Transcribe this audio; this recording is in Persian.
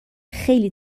خیلی